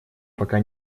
пока